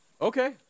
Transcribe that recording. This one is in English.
okay